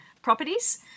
Properties